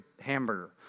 hamburger